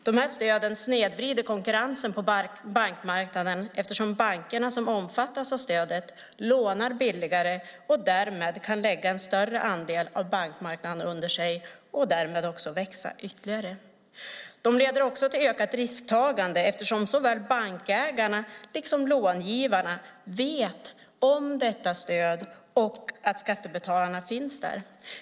De här stöden snedvrider konkurrensen på bankmarknaden eftersom bankerna som omfattas av stödet lånar billigare och därmed kan lägga en större andel av bankmarknaden under sig och växa ytterligare. Det leder till ökat risktagande eftersom såväl bankägarna som långivarna vet om detta stöd och vet att skattebetalarna finns där.